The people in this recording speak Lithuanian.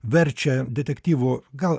verčia detektyvų gal